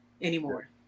anymore